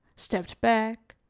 stepped back,